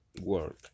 work